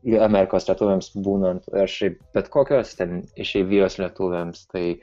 amerikos lietuviams būnant aš bet kokios ten išeivijos lietuviams tai